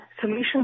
solution